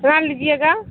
لیجیے گا